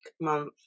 month